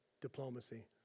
diplomacy